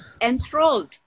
enthralled